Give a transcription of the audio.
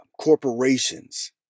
corporations